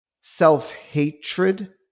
self-hatred